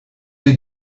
you